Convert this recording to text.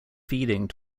feeding